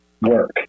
work